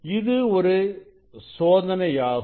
இது ஒரு சோதனையாகும்